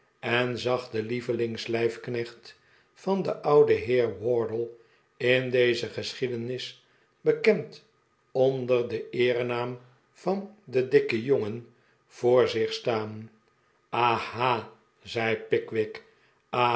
om enzag den lievelingslijfknecht van den ouden heer wardle in deze geschiedenis bekend onder den eerenaam van de dikke jongen voor zich staan aha zei pickwick